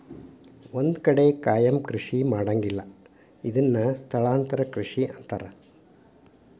ಒಂದ ಕಡೆ ಕಾಯಮ ಕೃಷಿ ಮಾಡಂಗಿಲ್ಲಾ ಇದನ್ನ ಸ್ಥಳಾಂತರ ಕೃಷಿ ಅಂತಾರ